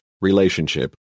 relationship